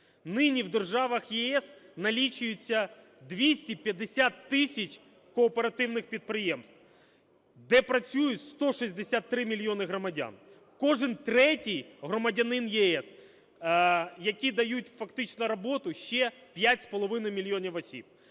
Нині в державах ЄС налічується 250 тисяч кооперативних підприємств, де працюють 163 мільйони громадян, кожен третій – громадянин ЄС, які дають фактично роботу ще п'ятьом з